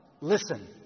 listen